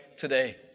today